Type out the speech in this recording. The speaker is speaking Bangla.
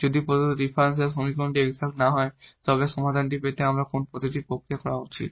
যদি প্রদত্ত ডিফারেনশিয়াল সমীকরণটি এক্সাট না হয় তবে এই সমাধানটি পেতে আমাদের কোন পদ্ধতিতে প্রক্রিয়া করা উচিত